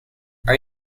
are